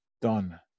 done